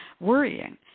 worrying